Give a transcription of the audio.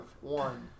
one